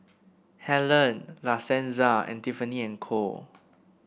Helen La Senza and Tiffany And Co